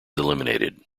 eliminated